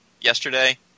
yesterday